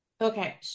Okay